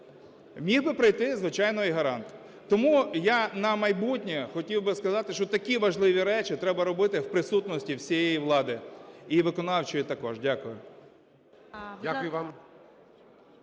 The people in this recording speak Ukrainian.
Міг би прийти, звичайно, і гарант. Тому я на майбутнє хотів би сказати, що такі важливі речі треба робити в присутності всієї влади, і виконавчої також. Дякую.